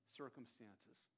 circumstances